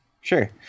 Sure